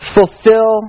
fulfill